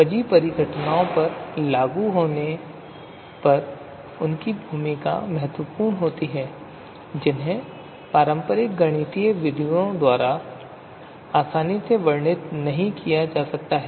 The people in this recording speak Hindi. जटिल परिघटनाओं पर लागू होने पर उनकी भूमिका महत्वपूर्ण होती है जिन्हें पारंपरिक गणितीय विधियों द्वारा आसानी से वर्णित नहीं किया जाता है